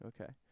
Okay